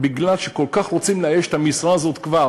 מכיוון שכל כך רוצים לאייש את המשרה הזאת כבר